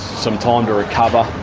some time to recover